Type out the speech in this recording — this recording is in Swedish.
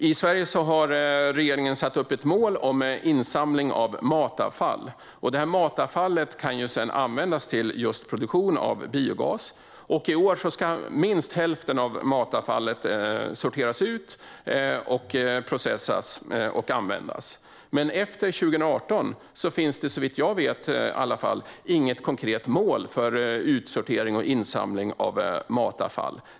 I Sverige har regeringen satt upp ett mål om insamling av matavfall, som kan användas till just produktion av biogas. I år ska minst hälften av matavfallet sorteras ut, processas och användas, men efter 2018 finns det inte, i alla fall inte såvitt jag vet, något konkret mål för utsortering och insamling av matavfall.